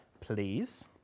please